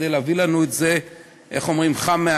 כדי להביא לנו את זה חם מהתנור.